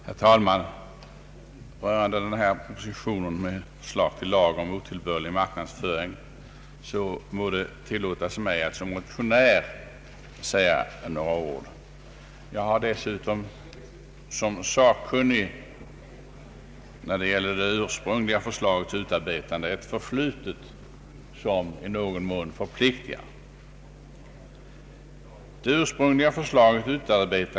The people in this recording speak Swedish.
Herr talman! Rörande propositionen med förslag till lag om otillbörlig marknadsföring må det tillåtas mig att som motionär säga några ord. Jag har dessutom som sakkunnig när det gäller det ursprungliga förslagets utarbetande ett förflutet som i någon mån förpliktar.